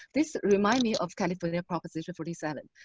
this remind me of california proposition forty seven.